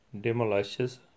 demolishes